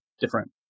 different